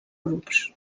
grups